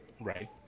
Right